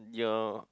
your